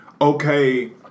Okay